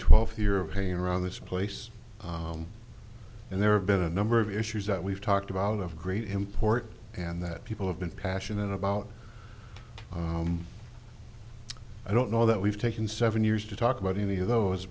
twelfth year of hanging around this place and there are a better number of issues that we've talked about of great import and that people have been passionate about home i don't know that we've taken seven years to talk about any of those